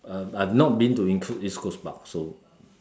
um I've not been to include east coast park so